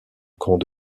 camp